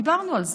דיברנו על זה,